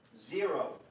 Zero